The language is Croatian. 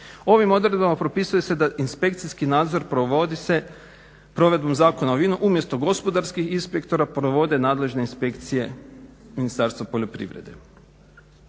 Ovim odredbama propisuje se da inspekcijski nadzor provodi se provedbom Zakona o vinu umjesto gospodarskih inspektora provode nadležne inspekcije Ministarstva poljoprivrede.